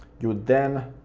you'd then